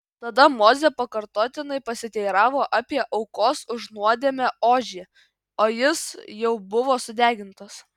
tada mozė pakartotinai pasiteiravo apie aukos už nuodėmę ožį o jis jau buvo sudegintas